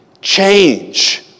change